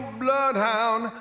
bloodhound